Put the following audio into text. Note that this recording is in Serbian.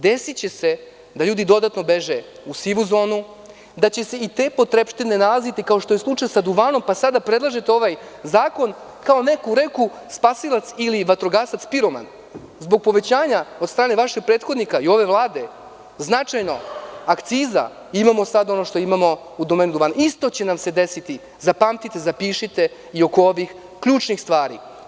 Desiće se da ljudi dodatno beže u sivu zonu, da će se i te potrepštine nalaziti, kao što je slučaj sa duvanom pa sada predlažete zakon kao neku reku spasilac ili vatrogasac piroman, zbog povećanja od strane vaših prethodnika i ove vlade, značajno akciza imamo sada ono što imamo u domenu duvana, a isto će nam se desiti, zapamtite i zapišite, i oko ovih ključnih stvari.